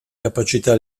capacità